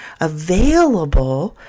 available